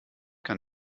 kann